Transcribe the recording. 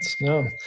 No